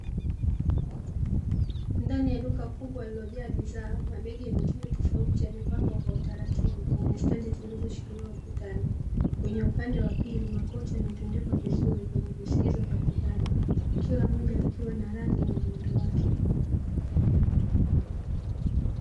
Ndani ya duka kubwa lililojaa bidhaa, mabegi ya mitindo tofauti yamepangwa kwa utaratibu kwenye stendi zilizoshikiliwa ukutani. Kwenye upande wa pili makoti yametundikwa vizuri kwenye vishikizo ukutani, kila moja likiwa na rangi na muundo wake.